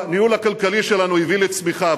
הניהול הכלכלי שלנו הביא לצמיחה,